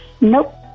Nope